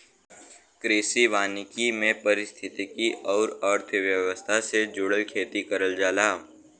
कृषि वानिकी में पारिस्थितिकी आउर अर्थव्यवस्था से जुड़ल खेती करल जाला